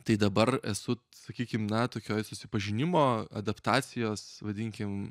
tai dabar esu sakykim na tokioj susipažinimo adaptacijos vadinkim